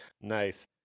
Nice